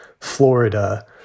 Florida